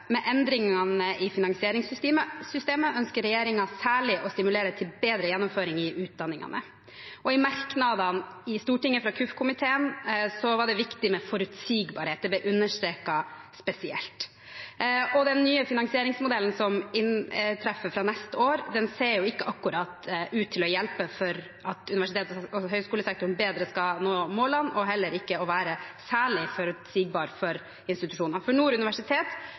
med endringene i finansieringssystemet ønsker regjeringen særlig å stimulere til bedre gjennomføring i utdanningene. I merknadene fra kirke-, undervisnings- og forskningskomiteen i Stortinget var det viktig med forutsigbarhet. Det ble understreket spesielt. Den nye finansieringsmodellen som inntreffer fra neste år, ser jo ikke akkurat ut til å hjelpe for at universitets- og høyskolesektoren bedre skal nå målene, og heller ikke å være særlig forutsigbar for institusjonene. For Nord universitet